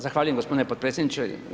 Zahvaljujem gospodine potpredsjedniče.